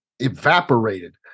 Evaporated